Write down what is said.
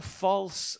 false